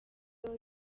www